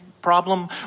problem